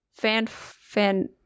Fanfan